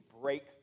break